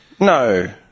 No